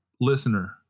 listener